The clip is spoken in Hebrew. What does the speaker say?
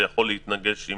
זה יכול להתנגש עם